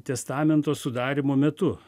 testamento sudarymo metu